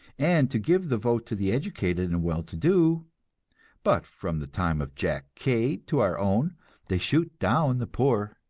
and to give the vote to the educated and well-to-do but from the time of jack cade to our own they shoot down the poor.